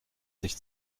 sich